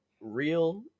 real